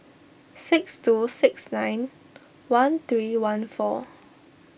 six two six nine one three one four